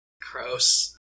Gross